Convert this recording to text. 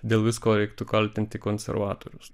dėl visko reiktų kaltinti konservatorius